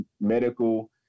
medical